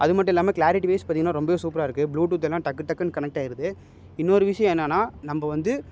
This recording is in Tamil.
அது மட்டும் இல்லாமல் கிளாரிட்டி வைஸ் பார்த்திங்கனா ரொம்பவே சூப்பராக இருக்குது ப்ளூடூத் எல்லாம் டக்கு டக்குன்னு கனெக்ட் ஆகிடுது இன்னொரு விஷயம் என்னன்னா நம்ம வந்து